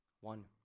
One